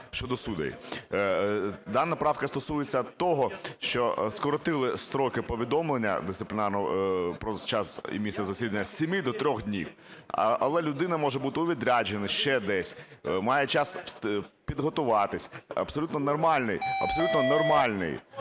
Дана правка стосується того, що скоротили строки повідомлення дисциплінарного про час і місце засідання з 7 до 3 днів. Але людина може бути у відрядженні, ще десь, має час підготуватись. Абсолютно нормальний